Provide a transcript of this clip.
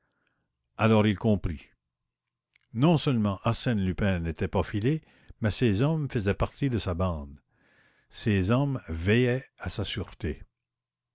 alors il comprit non seulement arsène lupin n'était pas filé mais ces hommes faisaient partie de sa bande ces hommes veillaient à sa sûreté